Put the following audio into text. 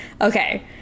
Okay